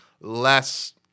less